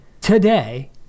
today